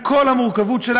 עם כל המורכבות שלה,